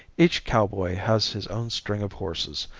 each cowboy has his own string of horses,